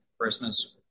Christmas